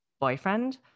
Boyfriend